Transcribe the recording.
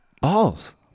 Balls